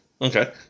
okay